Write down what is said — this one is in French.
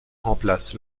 remplace